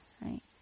right